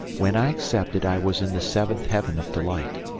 when i accepted, i was in the seventh heaven of delight.